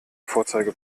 vorzeige